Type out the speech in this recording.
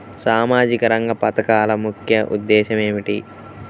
సామాజిక రంగ పథకాల ముఖ్య ఉద్దేశం ఏమిటీ?